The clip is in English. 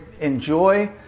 enjoy